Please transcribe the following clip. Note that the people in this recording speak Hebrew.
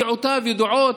דעותיו ידועות,